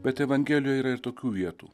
bet evangelijoje yra ir tokių vietų